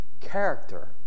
character